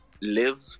live